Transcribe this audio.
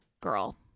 girl